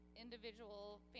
individual